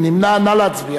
מי נמנע?